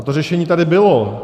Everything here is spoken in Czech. A to řešení tady bylo.